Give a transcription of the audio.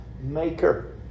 maker